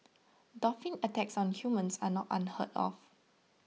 dolphin attacks on humans are not unheard of